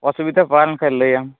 ᱚᱥᱩᱵᱤᱫᱟ ᱯᱟᱲᱟᱣ ᱞᱮᱱᱠᱷᱟᱱ ᱞᱟᱹᱭᱟᱢ